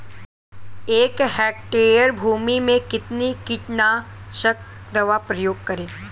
एक हेक्टेयर भूमि में कितनी कीटनाशक दवा का प्रयोग करें?